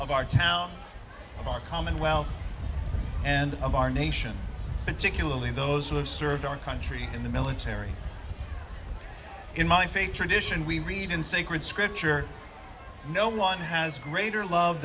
of our town of our commonwealth and of our nation particularly those who have served our country in the military in my faith tradition we read in sacred scripture no one has greater love